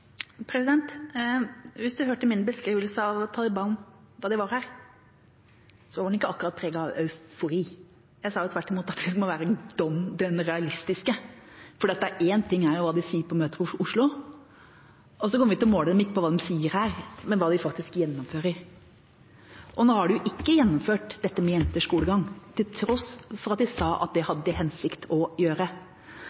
Hvis representanten hørte min beskrivelse av Taliban da de var her, var den ikke akkurat preget av eufori. Jeg sa tvert imot at vi må være dønn realistiske, for én ting er hva de sier på møter i Oslo. Vi kommer ikke til å måle dem på hva de sier her, men på hva de faktisk gjennomfører. Nå har de jo ikke gjennomført dette med jenters skolegang, til tross for at de sa at det